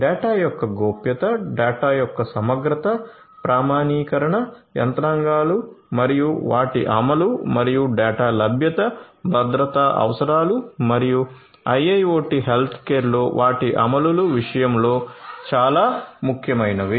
data యొక్క గోప్యత data యొక్క సమగ్రత ప్రామాణీకరణ యంత్రాంగాలు మరియు వాటి అమలు మరియు డేటా లభ్యత భద్రతా అవసరాలు మరియు IIoT హెల్త్కేర్లో వాటి అమలుల విషయంలో చాలా ముఖ్యమైనవి